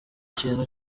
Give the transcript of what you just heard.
kintu